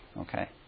okay